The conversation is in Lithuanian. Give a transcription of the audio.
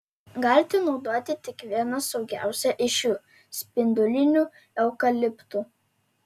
galite naudoti tik vieną saugiausią iš jų spindulinių eukaliptų